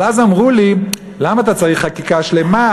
אבל אז אמרו לי: למה אתה צריך חקיקה שלמה,